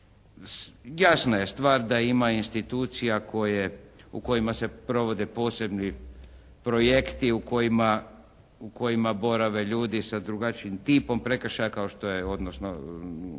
Jasna je stvar da ima institucija u kojima se provode posebni projekti u kojima borave ljudi sa drugačijim tipom prekršaja, kao što je,